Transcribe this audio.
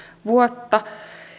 vuotta